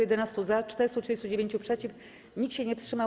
11 - za, 439 - przeciw, nikt się nie wstrzymał.